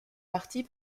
partie